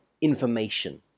information